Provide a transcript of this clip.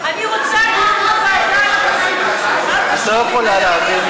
אני רוצה דיון בוועדה את לא יכולה להעביר,